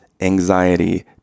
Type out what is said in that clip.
anxiety